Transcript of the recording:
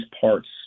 parts